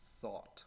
thought